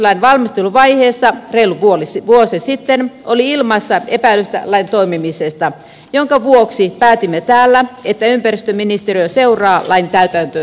energiatodistuslain valmisteluvaiheessa reilu vuosi sitten oli ilmassa epäilystä lain toimimisesta minkä vuoksi päätimme täällä että ympäristöministeriö seuraa lain täytäntöönpanoa